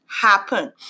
happen